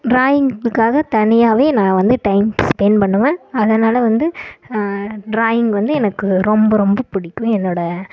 ட்ராயிங்களுக்காக தனியாகவே நான் வந்து டைம் ஸ்பென்ட் பண்ணுவேன் அதனால வந்து ட்ராயிங் வந்து எனக்கு ரொம்ப ரொம்ப பிடிக்கும் என்னோட